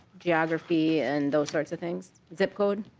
geography and those sorts of things? zip code?